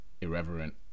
irreverent